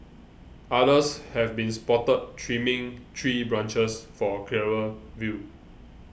others have been spotted trimming tree branches for a clearer view